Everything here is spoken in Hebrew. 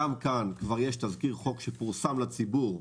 גם כאן כבר יש תזכיר חוק שפורסם לציבור.